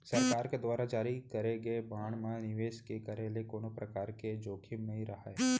सरकार के दुवार जारी करे गे बांड म निवेस के करे ले कोनो परकार के जोखिम नइ राहय